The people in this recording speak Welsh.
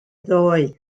ddoe